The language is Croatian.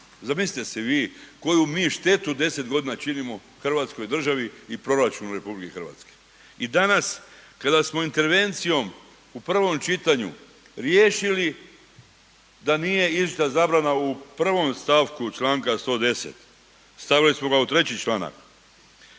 Zamislite si vi koju mi štetu 10 godina činimo Hrvatskoj državi i proračunu RH. I danas kada smo intervencijom u prvom čitanju riješili da nije išla zabrana u prvom stavku Članka 110. stavili smo ga u 3. članak,